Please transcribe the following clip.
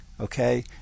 Okay